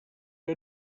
que